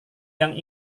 yang